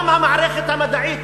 גם המערכת המדעית,